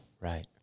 Right